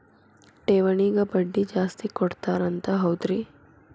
ಠೇವಣಿಗ ಬಡ್ಡಿ ಜಾಸ್ತಿ ಕೊಡ್ತಾರಂತ ಹೌದ್ರಿ?